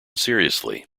seriously